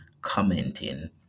commenting